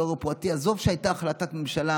עזוב שהייתה החלטת ממשלה